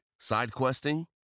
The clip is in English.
SideQuesting